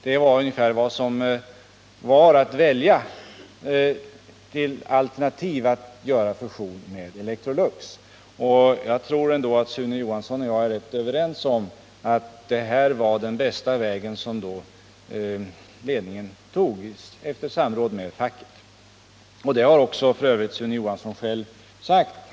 Det var ungefär vad som fanns att välja på som alternativ till en fusion med Electrolux. Jag tror ändå att Sune Johansson och jag är överens om att det var den bästa vägen som ledningen, efter samråd med facket, valde. Det har också f. ö. Sune Johansson själv sagt.